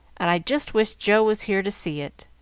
and i just wish joe was here to see it.